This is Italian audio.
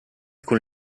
con